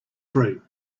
through